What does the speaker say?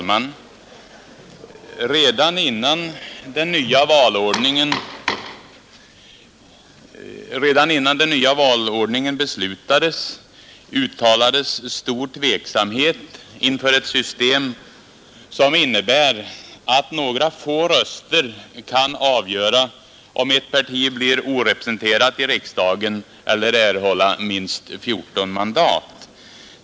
Herr talman! Redan innan den nya valordningen beslutades uttalades stor tveksamhet inför ett system, som innebär att några få röster kan avgöra om ett parti blir orepresenterat i riksdagen eller erhåller minst 14 mandat.